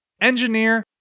engineer